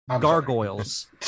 Gargoyles